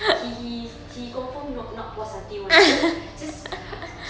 he he he confirm not not puas hati [one] just just